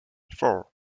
four